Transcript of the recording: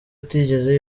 utigeze